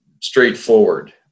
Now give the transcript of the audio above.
straightforward